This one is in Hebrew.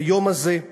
את היום הזה,